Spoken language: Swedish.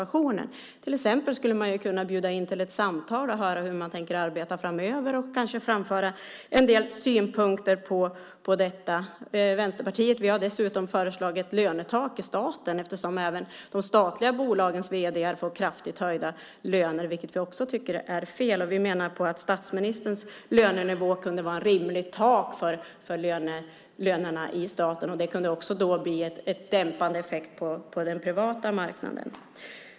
Man skulle till exempel kunna bjuda in till ett samtal och höra hur man tänker arbeta framöver och kanske framföra en del synpunkter. Vänsterpartiet har dessutom föreslagit lönetak i staten eftersom även de statliga bolagens vd:ar får kraftigt höjda löner, vilket vi också tycker är fel. Vi menar att statsministerns lönenivå kunde vara ett rimligt tak för lönerna i staten. Det kunde också ha en dämpande effekt på den privata marknaden.